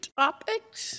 topics